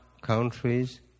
countries